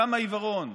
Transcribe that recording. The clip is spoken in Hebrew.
כמה עיוורון.